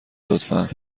لطفا